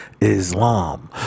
Islam